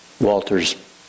Walter's